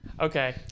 okay